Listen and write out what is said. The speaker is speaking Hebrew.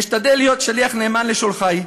אשתדל להיות שליח נאמן לשולחי,